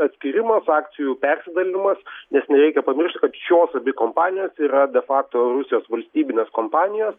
atskyrimas akcijų persidalinimas nes nereikia pamiršti kad šios abi kompanijos yra de fakto rusijos valstybinės kompanijos